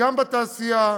גם בתעשייה,